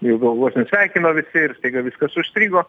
jau gal vos net sveikino visi ir staiga viskas užstrigo